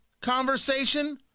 conversation